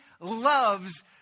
loves